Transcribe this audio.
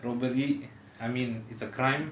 robbery I mean it's a crime